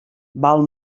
val